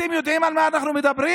אתם יודעים על מה אנחנו מדברים?